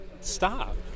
Stop